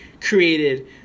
created